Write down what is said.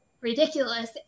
ridiculous